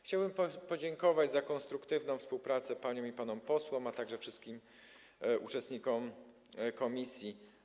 Chciałbym podziękować za konstruktywną współpracę paniom i panom posłom, a także wszystkim uczestnikom prac komisji.